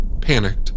panicked